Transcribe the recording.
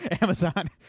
Amazon